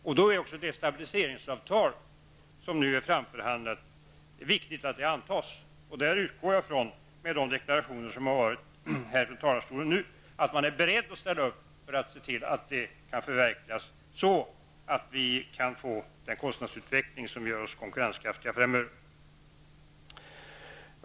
Då är det också viktigt att det stabiliseringsavtal som har förhandlats fram antas. Med de deklarationer som här nu har gjorts utgår jag från att man är beredd att ställa upp för att se till att stabiliseringsavtalet förverkligas, så att vi framöver får en kostnadsutveckling som gör oss konkurrenskraftiga.